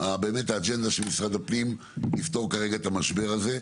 והאג'נדה של משרד הפנים היא לפתור את המשבר הזה.